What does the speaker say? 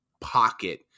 pocket